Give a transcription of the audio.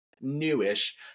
newish